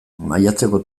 maiatzeko